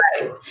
Right